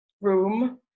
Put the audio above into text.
room